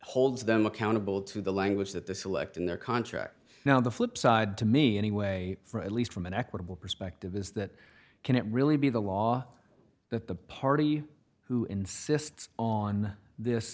holds them accountable to the language that the select in their contract now the flip side to me anyway for at least from an equitable perspective is that can it really be the law that the party who insists on this